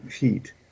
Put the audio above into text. heat